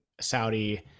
Saudi